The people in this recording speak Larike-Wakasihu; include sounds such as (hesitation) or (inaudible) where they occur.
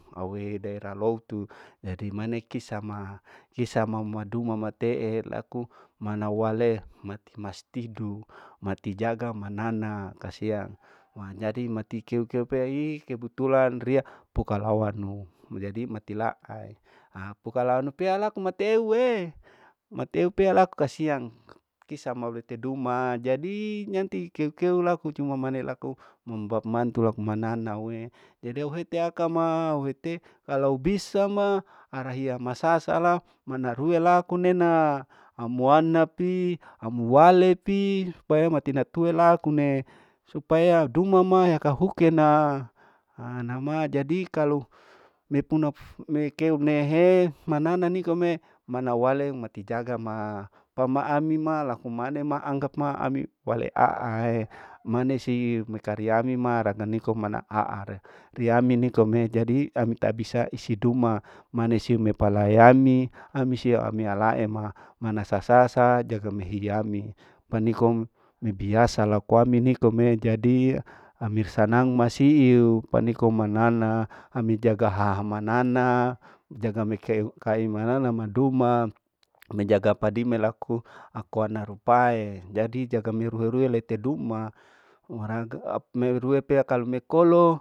Au wehe daera loutu, jadi manei kisah ma, hisa mama duma matee laku, mana wale mati mastidu mati jaga mana ana kasiang, haa jadi mati keu keu peai kebetulan riya pukalawanu, jadi mati laau, aapukalawanu pea laku mateue, mateu pea laku kasiang, kisa mau lete duma, jadi nanti keu keu laku cuma mane laku umbapa mantu laku manaa nauee, jadi au teha akama, au hete kalu bisa ma arahia masasala mana rue laku nena, amuana pi, amuake pi, supaya mati natuhe laku ne, supaya dumama yakahuke na, ajadi kalu mepuna (hesitation) mekeu nehe manana nikome, mana wale mati jaga ma, pama ami ma laku manema anggap ma ami puhaleaai, mane siu mikariyami ma ragam niko mana aare, riami nikome jadi ami ta bisa isi duma mane siu melame ami, misia ami alaema, mana mana sasasa jaga mehihiami, paniko mibiasa laku ami nikome jadi amir sanang masiu, pa nikome manana, ami jaga haha manana jaga mekeu manana maduma, (hesitation) ami jaga padime laku aku ana rupae, jadi jaga meruhe ruhe lete duma meraga (unintelligible) merua pea kalu meloko.